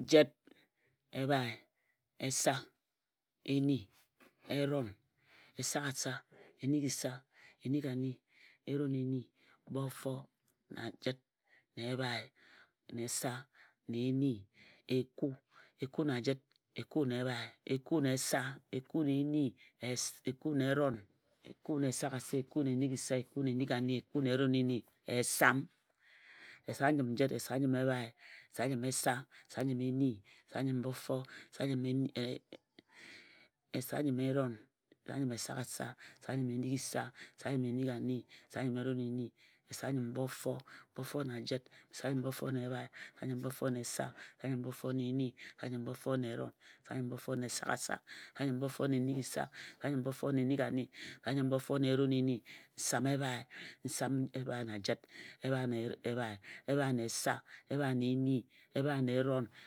Jit, ebhae, esa, eni, eron, esaghasa, enighisa, enighasa, enighani, enoneni, bofo. Na jit, nsebha, na esa, na eni, eku, eku-na-jit, eku na ebhae, eku-na-esa, eku-na-eni, esam-esam-njim-jit. Esam njim-ebhae, esam- njim- esa, esam-njim-eni, esam-njim-erom, esam-njim-esagha, esam-njim-enighisa. Esam-njim-enighani, esam-njim-eron eni, esam-njim-bofo. Esam-bofo na jit, esam-njim-bofo na ebhae, esam-njim bofo-na-esa, esam-njim-bofo na eni, esam-njim-eku, esam-njm eku na jit, esam-njim-eku na ebhae, esam-njim-eku na esa, esam-njim-eku na eni, nsam-ebhae, nsam ebhea na jit, nsam-ebhea na ebhea, nsam ebhea na esa, nsamebhea na eni, nsam-ebhae-na eron, nsam-ebhae-esaghasa, nsam-ebhbae na enighisa, nsam-ebhae na enighani, nsam ebhae na enighani, nsam-ebhae na eroneni, nsam-ebhae na bofo